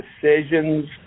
decisions